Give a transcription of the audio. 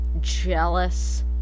jealous